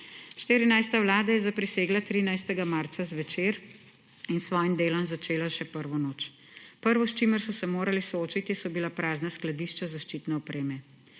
14. vlada je zaprisegla 13. marca zvečer in s svojim delom začela še prvo noč. Prvo, s čimer so se morali soočiti, so bila prazna skladišča zaščitne opreme.